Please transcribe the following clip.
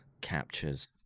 captures